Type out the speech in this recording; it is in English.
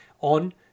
on